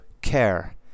care